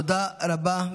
תודה רבה.